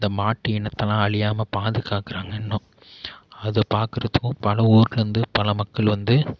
இந்த மாட்டு இனத்தையெல்லாம் அழியாமல் பாதுகாக்கிறாங்க இன்னும் அதை பார்க்குறத்துக்கும் பல ஊர்லேருந்து பல மக்கள் வந்து